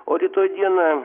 o rytoj dieną